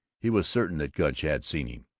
he was certain that gunch had seen him.